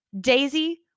Daisy